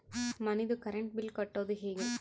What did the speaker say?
ಮನಿದು current bill ಕಟ್ಟೊದು ಹೇಗೆ?